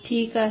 ठीक आहे